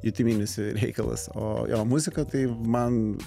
jutiminis reikalas o jo muzika tai man